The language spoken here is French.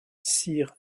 sir